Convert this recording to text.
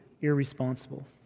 irresponsible